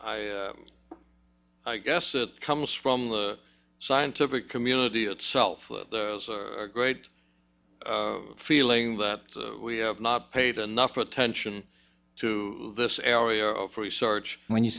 i guess it comes from the scientific community itself there's a great feeling that we have not paid enough attention to this area of research when you